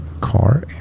car